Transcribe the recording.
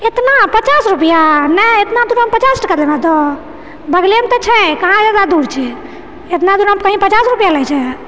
एतना पचास रुपआ नहि एतना दूरमे पचास टका देमे तऽ बगलेमे तऽ छै कहाँ जादा दूर छै एतना दूरमे कहि पचास रुपआ लए छै